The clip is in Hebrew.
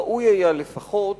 ראוי היה לפחות